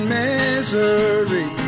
misery